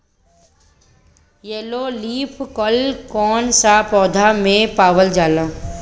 Yellow leaf कल कौन सा पौधा में पावल जाला?